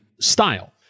style